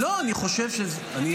חשבתי שאתה נותן לכם.